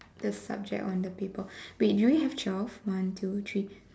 the subject on the paper wait do we have twelve one two three